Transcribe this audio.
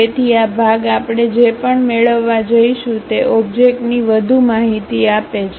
તેથી આ ભાગ આપણે જે પણ મેળવવા જઈશું તે ઓબ્જેક્ટની વધુ માહિતી આપે છે